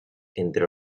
entre